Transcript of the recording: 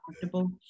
comfortable